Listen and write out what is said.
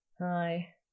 Hi